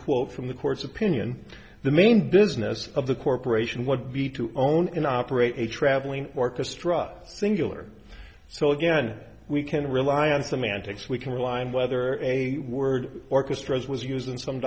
quote from the court's opinion the main business of the corporation would be to own and operate a travelling orchestra singular so again we can rely on some antics we can rely on whether a word orchis as was used in some